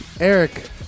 eric